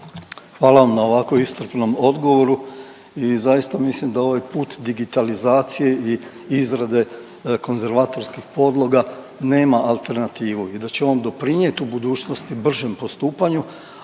Hvala vam na ovako iscrpnom odgovoru i zaista mislim da ovaj put digitalizacije i izrade konzervatorskih podloga nema alternativu i da će on doprinijet u budućnosti bržem postupanju.